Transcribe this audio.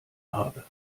habe